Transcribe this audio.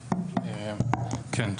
כן.